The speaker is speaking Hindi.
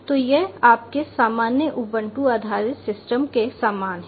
तो यह आपके सामान्य उबंटू आधारित सिस्टम के समान है